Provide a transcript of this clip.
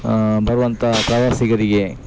ಬರುವಂಥ ಪ್ರವಾಸಿಗರಿಗೆ